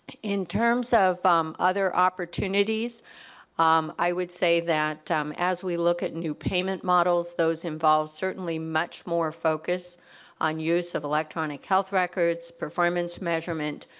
in terms of other opportunities um i would say that um as we look at new payment models those involved certainly much more focus on use of electronic health records, performance measurement,